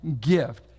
gift